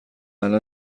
الان